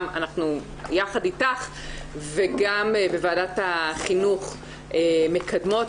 אנחנו יחד איתך וגם בוועדת החינוך מקדמות,